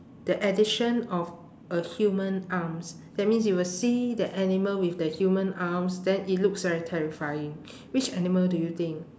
the addition of a human arms that means you will see that animal with the human arms then it looks very terrifying which animal do you think